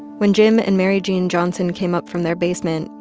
when jim and mary jean johnson came up from their basement,